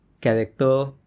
Character